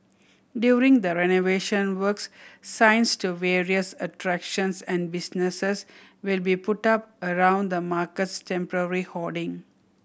during the renovation works signs to various attractions and businesses will be put up around the market's temporary hoarding